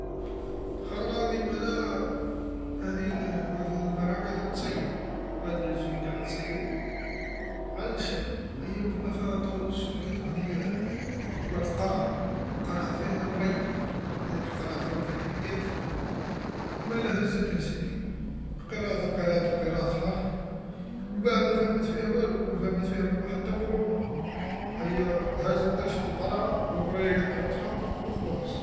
خطرا ذي مالا، هاذي ل وحد المرا قعدت تصيد، وحد لعجوز قاعده تصيد على الشط، أيا و ما طولتش لقات وحد ل وحد القرعا، القرعا فيها بريا، هاذيك القرعا فيها بريا لقاتها، مالا هزتها سيدي قراتها قراتها قراتها و مبعد مفهمت فيها والو، ما فهمت فيها حتى بوبونا، أيا هزت طيش القرعا و البريا قطعتها و خلاص.